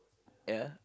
ya